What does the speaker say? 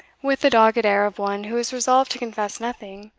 with the dogged air of one who is resolved to confess nothing,